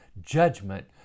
judgment